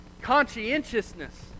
conscientiousness